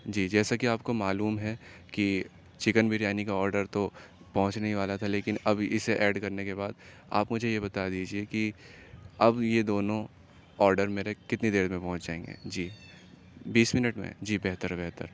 جی جیسا کہ آپ کو معلوم ہے کہ چکن بریانی کا آڈر تو پہنچنے ہی والا تھا لیکن اب اسے ایڈ کرنے کے بعد آپ مجھے یہ بتا دیجیے کہ اب یہ دونوں آڈر میرے کتنی دیر میں پہنچ جائیں گے جی بیس منٹ میں جی بہتر ہے بہتر